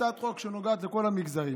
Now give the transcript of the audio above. זאת הצעת חוק שנוגעת לכל המגזרים,